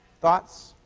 thoughts?